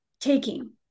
taking